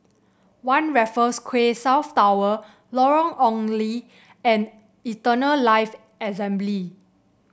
One Raffles Quay South Tower Lorong Ong Lye and Eternal Life Assembly